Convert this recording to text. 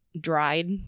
dried